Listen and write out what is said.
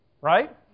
Right